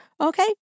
Okay